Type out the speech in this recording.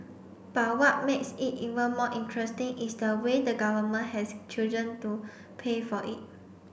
but what makes it even more interesting is the way the Government has chosen to pay for it